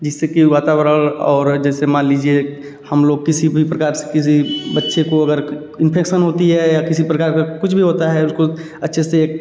जिससे कि वातावरण और जैसे मान लीजिए हम लोग किसी भी प्रकार से किसी बच्चे को अगर इन्फेक्सन होती है या किसी प्रकार का कुछ भी होता है उसको अच्छे से एक